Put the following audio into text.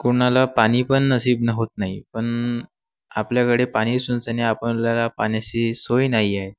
कोणाला पाणी पण नसीब न होत नाही पण आपल्याकडे पाणी असुनेसुने आपल्याला पाण्याची सोय नाही आहे